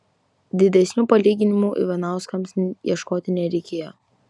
didesnių palyginimų ivanauskams ieškoti nereikėjo